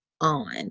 on